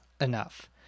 enough